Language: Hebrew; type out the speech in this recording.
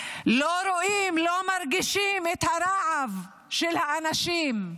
לא רואים ולא מרגישים את הרעב של האנשים,